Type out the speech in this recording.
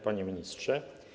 Panie Ministrze!